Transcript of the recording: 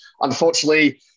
unfortunately